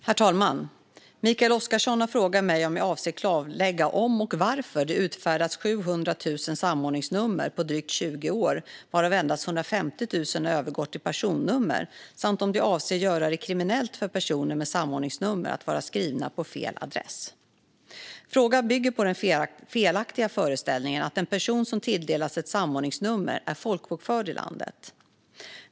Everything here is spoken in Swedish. Herr talman! Mikael Oscarsson har frågat mig om jag avser att klarlägga om och varför det på drygt 20 år har utfärdats 700 000 samordningsnummer, varav endast 150 000 har övergått i personnummer, samt om jag avser att även göra det kriminellt för personer med samordningsnummer att vara skrivna på fel adress. Frågan bygger på den felaktiga föreställningen att en person som tilldelats ett samordningsnummer är folkbokförd i landet.